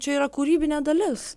čia yra kūrybinė dalis